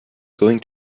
going